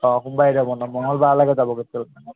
অঁ সোমবাৰে যাব ন মঙলবাৰলৈকে যাবগৈ তেতিয়াহ'লে